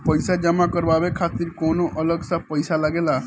पईसा जमा करवाये खातिर कौनो अलग से पईसा लगेला?